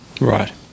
Right